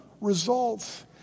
Results